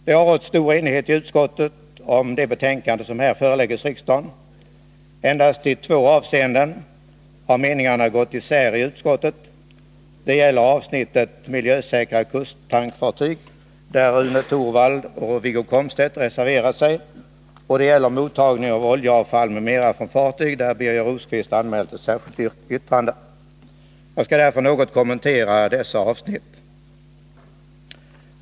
Det har rått stor enighet i utskottet om det betänkande som här föreläggs riksdagen. Endast i två avseenden har meningarna gått isär i utskottet. Det gäller avsnittet Miljösäkra kusttankfartyg, där Rune Torwald och Wiggo Komstedt reserverat sig, och det gäller avsnittet Mottagning av oljeavfall m.m. från fartyg, där Birger Rosqvist anmält ett särskilt yttrande. Jag skall därför något kommentera dessa avsnitt.